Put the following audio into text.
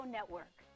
Network